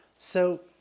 so,